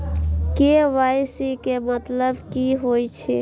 KYC के मतलब की होई छै?